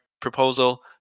proposal